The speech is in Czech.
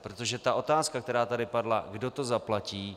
Protože otázka, která tady padla kdo to zaplatí?